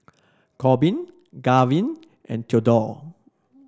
Korbin Garvin and Theadore